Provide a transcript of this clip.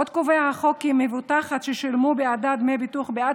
עוד קובע החוק כי מבוטחת ששולמו בעדה דמי ביטוח בעד